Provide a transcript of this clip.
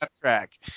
track